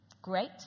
Great